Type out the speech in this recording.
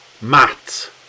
Matt